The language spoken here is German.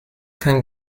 kein